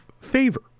favor